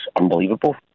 unbelievable